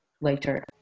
later